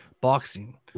boxing